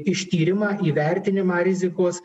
ištyrimą įvertinimą rizikos